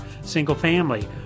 single-family